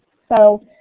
so